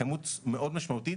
כמות משמעותית מאוד,